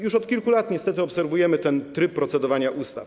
Już od kilku lat niestety obserwujemy ten tryb procedowania ustaw.